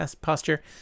posture